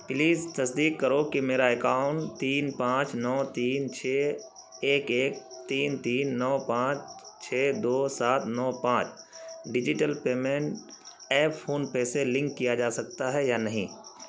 please تصدیق کرو کہ میرا اکاؤنٹ تین پانچ نو تین چھ ایک ایک تین تین نو پانچ چھ دو سات نو پانچ ڈجیٹل پیمنٹ ایپ فون پے سے لنک کیا جا سکتا ہے یا نہیں